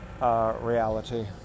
reality